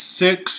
six